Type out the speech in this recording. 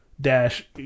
dash